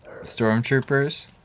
stormtroopers